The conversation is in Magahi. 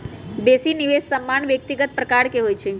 बेशी निवेश सामान्य व्यक्तिगत प्रकार के होइ छइ